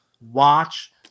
Watch